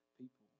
people